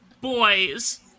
Boys